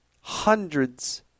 hundreds